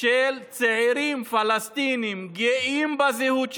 של צעירים פלסטינים שגאים בזהות שלהם,